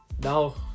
No